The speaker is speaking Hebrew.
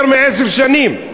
יותר מעשר שנים,